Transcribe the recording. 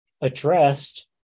addressed